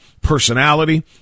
personality